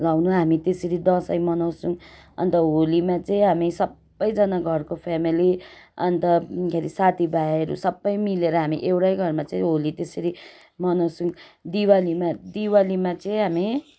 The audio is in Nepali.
लाउनु हामी त्यसरी दसैँ मनाउँछौँ अन्त होलीमा चाहिँ हामी सबैजना घरको फेमेली अन्त के रे साथी भाइहरू सबै मिलेर हामी एउटै घरमा चाहिँ होली त्यसरी मनाउँछौँ दिवालीमा दिवालीमा चाहिँ हामी